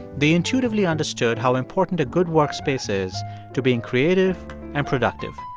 they intuitively understood how important a good workspace is to being creative and productive.